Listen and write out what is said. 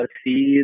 see